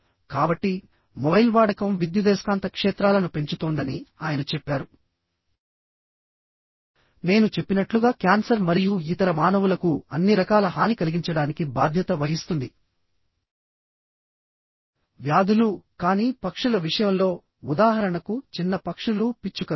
కాబట్టిమొబైల్ వాడకం విద్యుదయస్కాంత క్షేత్రాలను పెంచుతోందని ఆయన చెప్పారు నేను చెప్పినట్లుగా క్యాన్సర్ మరియు ఇతర మానవులకు అన్ని రకాల హాని కలిగించడానికి బాధ్యత వహిస్తుంది వ్యాధులు కానీ పక్షుల విషయంలో ఉదాహరణకు చిన్న పక్షులు పిచ్చుకలు